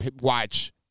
watch